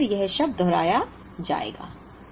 एक बार फिर यह शब्द दोहराया जाएगा